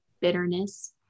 bitterness